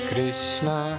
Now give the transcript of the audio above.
Krishna